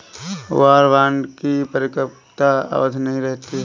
war bond की परिपक्वता अवधि नहीं रहती है